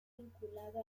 vinculado